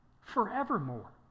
forevermore